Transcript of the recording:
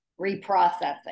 Reprocessing